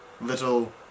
little